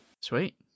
Sweet